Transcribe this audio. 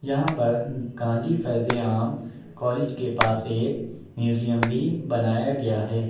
یہاں پر گاندھی فیض عام کالج کے پاس ایک میوزیم بھی بنایا گیا ہے